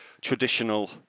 traditional